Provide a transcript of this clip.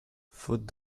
fautes